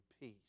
peace